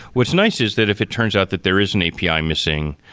what's nice is that if it turns out that there is an api ah missing,